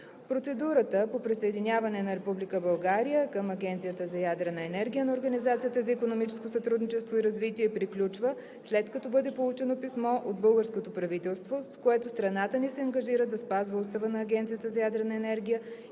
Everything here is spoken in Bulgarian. Процедурата по присъединяване на Република България към Агенцията за ядрена енергия на Организацията за икономическо сътрудничество и развитие приключва, след като бъде получено писмо от българското правителство, с което страната ни се ангажира да спазва Устава на Агенцията за ядрена енергия